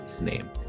name